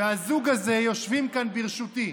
והזוג הזה יושבים כאן ברשותי.